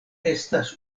estas